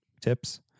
tips